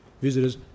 visitors